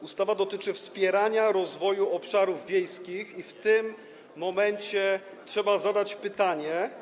Ustawa dotyczy wspierania rozwoju obszarów wiejskich i w tym momencie trzeba zadać pytanie: